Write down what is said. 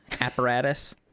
apparatus